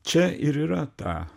čia ir yra ta